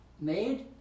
made